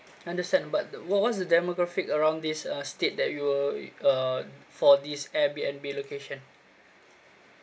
I understand but what what's the demographic around this uh stay that you will uh for this airbnb location